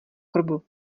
krbu